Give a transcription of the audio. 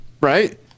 Right